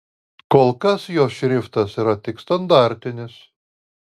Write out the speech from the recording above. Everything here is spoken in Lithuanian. kol kas jos šriftas yra tik standartinis